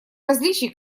различий